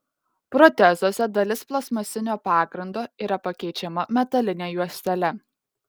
protezuose dalis plastmasinio pagrindo yra pakeičiama metaline juostele